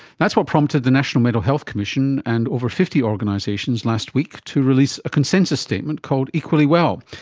that's what prompted the national mental health commission and over fifty organisations last week to release a consensus statement called equally well,